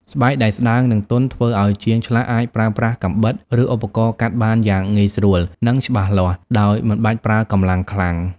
ស្បែកដែលស្តើង និងទន់ ធ្វើឱ្យជាងឆ្លាក់អាចប្រើប្រាស់កាំបិត ឬឧបករណ៍កាត់បានយ៉ាងងាយស្រួល និងច្បាស់លាស់ ដោយមិនបាច់ប្រើកម្លាំងខ្លាំង។